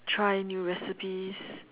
try new recipes